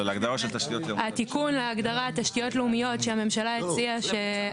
התיקון להגדרת תשתיות לאומיות שהממשלה הציעה,